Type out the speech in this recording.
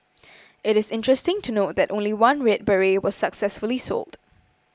it is interesting to note that only one red beret was successfully sold